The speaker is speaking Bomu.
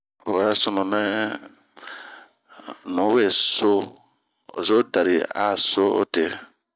Ho a sunu nɛ nu we soo ozo dari a soo'ote.